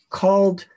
called